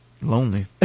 lonely